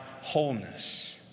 wholeness